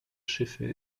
schiffe